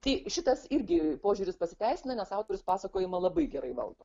tai šitas irgi požiūris pasiteisino nes autorius pasakojimą labai gerai valdo